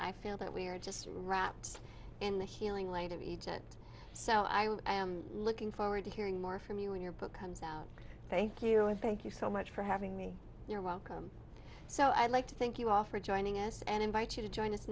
i feel that we are just wrapped in the healing light of egypt so i am looking forward to hearing more from you when your book comes out thank you and thank you so much for having me you're welcome so i'd like to thank you all for joining us and invite you to join us